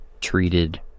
treated